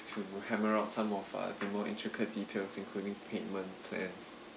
to hammer out some of uh the more intricate details including payment plans